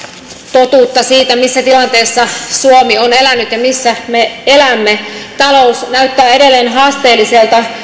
totuutta siitä missä tilanteessa suomi on elänyt ja missä me elämme talous näyttää edelleen haasteelliselta